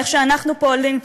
איך אנחנו פועלים,